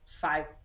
five